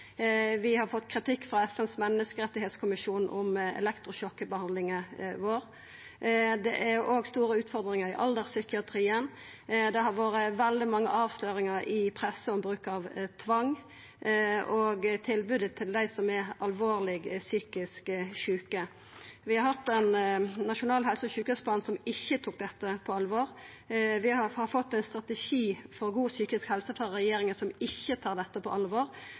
Vi har fått kritikk frå FNs menneskerettskommisjon om elektrosjokkbehandlinga vår. Det er også store utfordringar i alderspsykiatrien. Det har vore veldig mange avsløringar i pressa om bruk av tvang og om tilbodet til dei som er alvorleg psykisk sjuke. Vi har hatt ein nasjonal helse- og sjukehusplan som ikkje tok dette på alvor. Vi har fått ein strategi for god psykisk helse frå regjeringa, som ikkje tar dette på alvor,